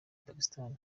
pakistan